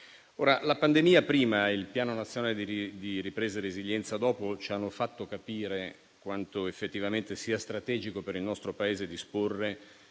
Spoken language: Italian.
La pandemia prima e il Piano nazionale di ripresa e resilienza dopo ci hanno fatto capire quanto effettivamente sia strategico per il nostro Paese disporre